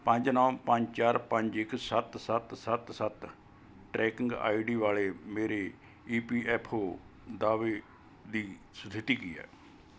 ਪੰਜ ਨੌ ਪੰਜ ਚਾਰ ਪੰਜ ਇੱਕ ਸੱਤ ਸੱਤ ਸੱਤ ਸੱਤ ਟਰੈਕਿੰਗ ਆਈ ਡੀ ਵਾਲੇ ਮੇਰੇ ਈ ਪੀ ਐਫ ਓ ਦਾਅਵੇ ਦੀ ਸਥਿਤੀ ਕੀ ਹੈ